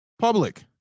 public